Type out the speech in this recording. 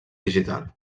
digital